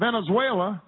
Venezuela